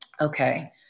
okay